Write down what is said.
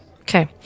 okay